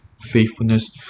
faithfulness